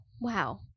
Wow